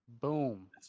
Boom